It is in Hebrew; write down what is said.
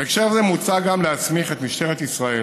בהקשר זה מוצע גם להסמיך את משטרת ישראל